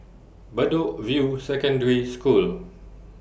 Bedok View Secondary School